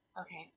Okay